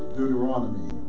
Deuteronomy